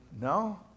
no